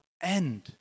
end